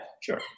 sure